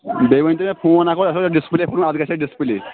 بیٚیہِ ؤنۍ تَو مےٚ فون اکھ اَسہِ اوس ڈِسپٕلے پھُٹمُت اَتھ گژھِ ہا ڈِسپٕلے